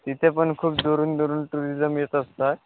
तिथे पण खूप दुरून दुरून टुरिजम येत असतात